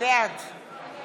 בעד